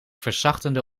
verzachtende